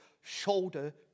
shoulder